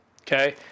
okay